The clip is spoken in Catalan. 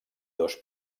dos